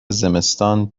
زمستان